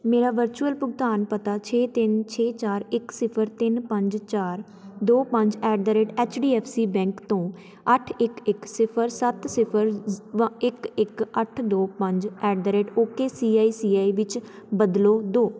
ਮੇਰਾ ਵਰਚੁਅਲ ਭੁਗਤਾਨ ਪਤਾ ਛੇ ਤਿੰਨ ਛੇ ਚਾਰ ਇਕ ਸਿਫ਼ਰ ਤਿੰਨ ਪੰਜ ਚਾਰ ਦੋ ਪੰਜ at the rate H D F C bank ਤੋਂ ਅੱਠ ਇਕ ਇਕ ਸਿਫ਼ਰ ਸੱਤ ਸਿਫ਼ਰ ਸ ਵਾ ਇਕ ਇਕ ਅੱਠ ਦੋ ਪੰਜ at the rate okay C I C I ਵਿੱਚ ਬਦਲ ਦਿਓ